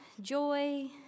joy